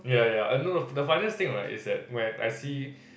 ya ya ya I know of the funniest thing right is that when I see